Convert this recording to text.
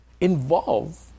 involve